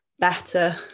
better